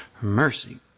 mercy